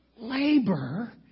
labor